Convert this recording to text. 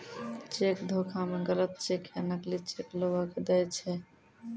cheque धोखा मे गलत चेक या नकली चेक लोगो के दय दै छै